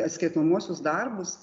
atsiskaitomuosius darbus